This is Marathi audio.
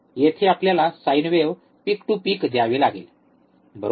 येथे आपल्याला sine wave peak to peak द्यावी लागेल बरोबर